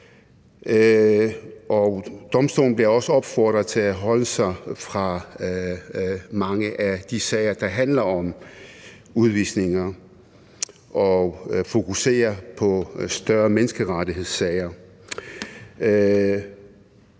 domstolen bliver også opfordret til at holde sig fra mange af de sager, der handler om udvisninger, og fokusere på større menneskerettighedssager.